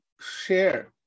share